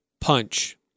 punch